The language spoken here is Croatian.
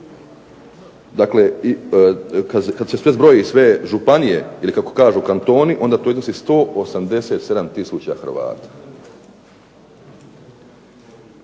dakle kad se sve zbroji, sve županije ili kako kažu kantoni onda to iznosi 187 tisuća Hrvata.